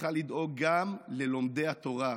צריכה לדאוג גם ללומדי התורה,